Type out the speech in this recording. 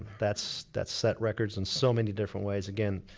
that's that's set records in so many different ways again,